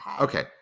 Okay